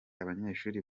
abanyeshuri